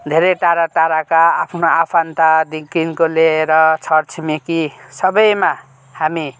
धेरै टाडा टाडाका आफ्नो आफान्तदेखिको लिएर छर छिमेकी सबैमा हामी